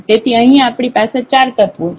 તેથી અહીં આપણી પાસે 4 તત્વો છે